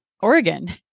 Oregon